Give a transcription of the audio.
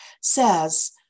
says